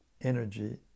energy